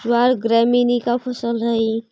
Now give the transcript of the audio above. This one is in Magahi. ज्वार ग्रैमीनी का फसल हई